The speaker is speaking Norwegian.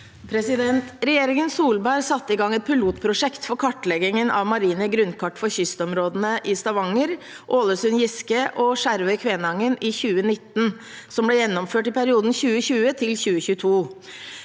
Regjerin- gen Solberg satte i gang et pilotprosjekt for kartleggingen av marine grunnkart for kystområdene i Stavanger, Ålesund/Giske og Skjervøy/Kvænangen i 2019. Det ble gjennomført i perioden 2020–2022.